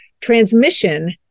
transmission